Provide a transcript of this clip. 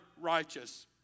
righteous